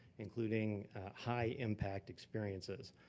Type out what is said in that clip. including high impact experiences.